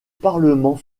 parlement